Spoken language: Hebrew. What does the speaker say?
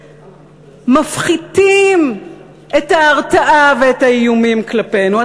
מפחיתים את ההרתעה ואת האיומים כלפינו.